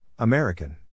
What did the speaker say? American